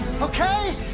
Okay